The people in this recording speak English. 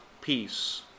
peace